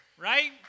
Right